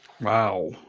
Wow